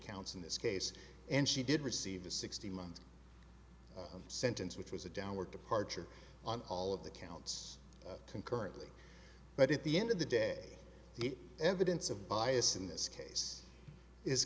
counts in this case and she did receive the sixty month sentence which was a downward departure on all of the counts concurrently but at the end of the day the evidence of bias in this case is